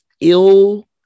ill